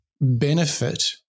benefit